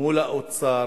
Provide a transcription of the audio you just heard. מול האוצר,